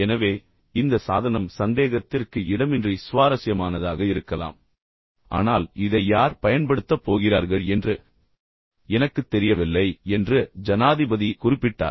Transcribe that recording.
எனவே இந்த சாதனம் சந்தேகத்திற்கு இடமின்றி சுவாரஸ்யமானதாக இருக்கலாம் ஆனால் இதை யார் பயன்படுத்தப் போகிறார்கள் என்று எனக்குத் தெரியவில்லை என்று ஜனாதிபதி குறிப்பிட்டார்